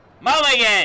Mulligan